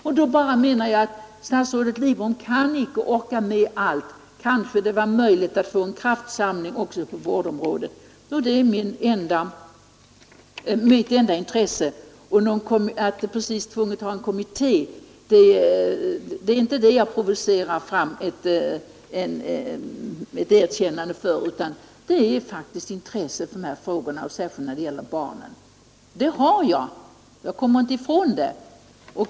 Och jag menade att statsrådet Lidbom inte kan orka med allt; kanske det var möjligt att få en kraftsamling också på vårdområdet. Det är mitt enda intresse. Ja är inte ute efter att provocera ett erkännande av att vi nödvändigtvis måste ha en kommitté. Jag har faktiskt ett intresse för dessa frågor, särskilt när det gäller barnen.